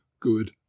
good